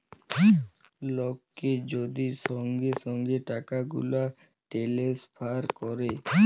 লককে যদি সঙ্গে সঙ্গে টাকাগুলা টেলেসফার ক্যরে